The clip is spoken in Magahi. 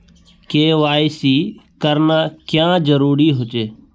के.वाई.सी करना क्याँ जरुरी होचे?